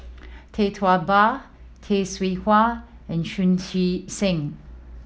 Tee Tua Ba Tay Seow Huah and Chu Chee Seng